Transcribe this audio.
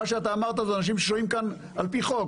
אתה מדבר על אנשים ששוהים כאן על פי חוק,